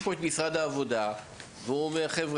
יש פה את משרד העבודה שאומר: ״חברה,